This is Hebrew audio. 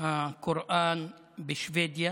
הקוראן בשבדיה